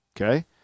Okay